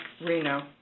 Reno